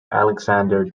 alexander